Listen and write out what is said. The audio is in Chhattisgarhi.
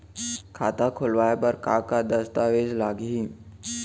खाता खोलवाय बर का का दस्तावेज लागही?